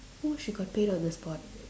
who she got paid on the spot